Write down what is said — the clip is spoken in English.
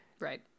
Right